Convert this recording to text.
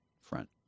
front